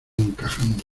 encajando